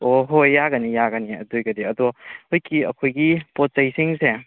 ꯑꯣ ꯍꯣꯏ ꯌꯥꯒꯅꯤ ꯌꯥꯒꯅꯤ ꯑꯗꯨ ꯑꯣꯏꯔꯒꯗꯤ ꯑꯗꯣ ꯍꯧꯖꯤꯛꯀꯤ ꯑꯩꯈꯣꯏꯒꯤ ꯄꯣꯠꯆꯩꯁꯤꯡꯁꯦ